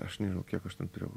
aš nežinau kiek aš ten turėjau